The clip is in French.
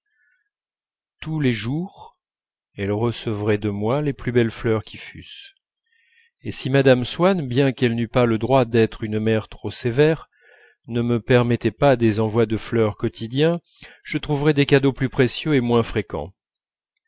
tous les jours elle recevrait de moi les plus belles fleurs qui fussent et si mme swann bien qu'elle n'eût pas le droit d'être une mère trop sévère ne me permettait pas des envois de fleurs quotidiens je trouverais des cadeaux plus précieux et moins fréquents